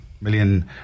million